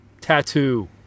tattoo